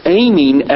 aiming